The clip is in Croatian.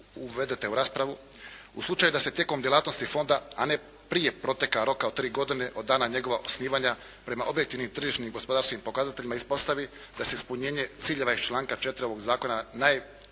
uvedete u raspravu. “U slučaju da se tijekom djelatnosti Fonda, a ne prije proteka roka od 3 godine od dana njegova osnivanja prema objektivnim tržišnim i gospodarskim pokazateljima ispostavi da se ispunjenje ciljeva iz članka 4. ovog Zakona najefikasnije